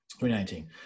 2019